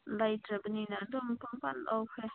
ꯂꯩꯇ꯭ꯔꯕꯅꯤꯅ ꯑꯗꯨꯝ ꯂꯧꯈ꯭ꯔꯦ